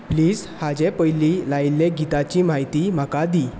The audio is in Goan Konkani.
प्लीज हाचे पयलीं लायिल्ल्या गीताची म्हायती म्हाका दी